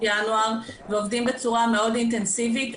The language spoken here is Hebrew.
ינואר ועובדים בצורה מאוד אינטנסיבית.